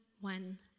one